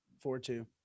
Four-two